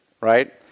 right